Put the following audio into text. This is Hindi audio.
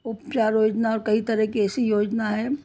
उपचार योजना और कई तरह की ऐसी योजना है